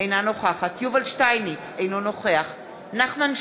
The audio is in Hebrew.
אינה נוכחת יובל שטייניץ, אינו נוכח נחמן שי,